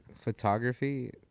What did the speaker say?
photography